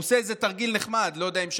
הוא עושה איזה תרגיל נחמד, לא יודע אם שמעתם: